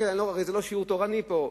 הרי זה לא שיעור תורני פה,